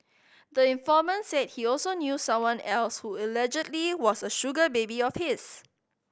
the informant said he also knew someone else who allegedly was a sugar baby of his